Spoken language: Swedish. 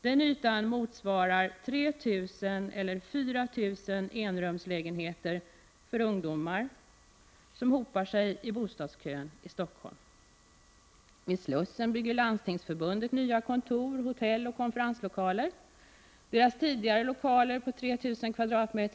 Den ytan motsvarar 3 000 eller 4 000 enrumslägenheter, som skulle kunna gå till de ungdomar som hopar sig i bostadskön i Stockholm. Vid Slussen bygger Landstingsförbundet nya kontor, hotell och konferenslokaler. Dess tidigare lokaler på 3 000 m?